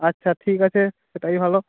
আচ্ছা ঠিক আছে সেটাই ভালো